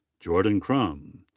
jordan crume.